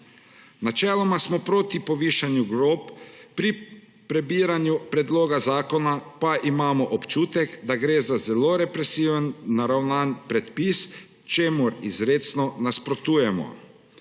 Načeloma smo proti povišanju glob, pri prebiranju predloga zakona pa imamo občutek, da gre za zelo represivno naravnan predpis, čemur izrecno nasprotujemo.